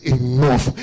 enough